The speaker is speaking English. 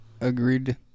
Agreed